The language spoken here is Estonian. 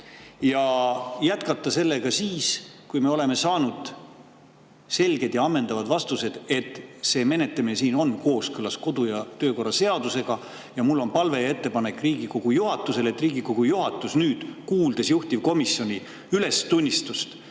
ja jätkata sellega siis, kui me oleme saanud selge ja ammendava vastuse, et see menetlemine on kooskõlas kodu- ja töökorra seadusega. Mul on palve ja ettepanek Riigikogu juhatusele, et Riigikogu juhatus, kuulnud juhtivkomisjoni ülestunnistust,